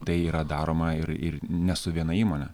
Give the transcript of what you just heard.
tai yra daroma ir ir ne su viena įmone